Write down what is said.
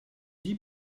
dit